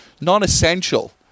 non-essential